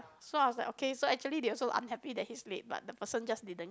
so I was like okay so actually they also unhappy that he's late but the person just didn't